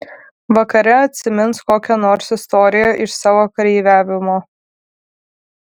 vakare atsimins kokią nors istoriją iš savo kareiviavimo